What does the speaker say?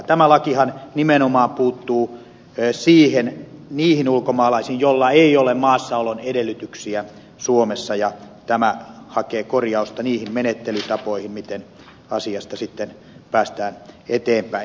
tämä lakihan nimenomaan puuttuu niihin ulkomaalaisiin joilla ei ole maassaolon edellytyksiä suomessa ja tämä hakee korjausta niihin menettelytapoihin miten asiasta sitten päästään eteenpäin